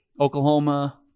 Oklahoma